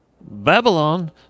Babylon